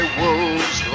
wolves